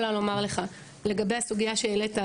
לגבי הסוגיה שהעלית,